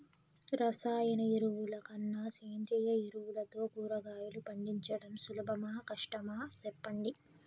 రసాయన ఎరువుల కన్నా సేంద్రియ ఎరువులతో కూరగాయలు పండించడం సులభమా కష్టమా సెప్పండి